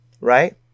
right